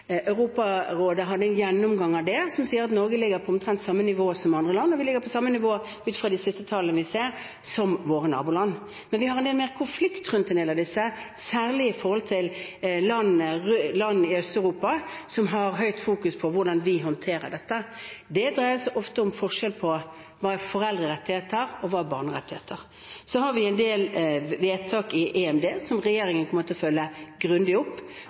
Europarådet hadde en gjennomgang av det og sier at Norge ligger på omtrent samme nivå som andre land. Vi ligger på samme nivå ut fra de siste tallene vi ser, som våre naboland. Men vi har en del mer konflikt rundt en del av disse, særlig med land i Øst-Europa, som fokuserer sterkt på hvordan vi håndterer dette. Det dreier seg ofte om forskjeller med tanke på hva som er foreldrerettigheter, og hva som er barnerettigheter. Så har vi en del vedtak i EMD, som regjeringen kommer til å følge grundig opp